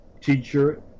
teacher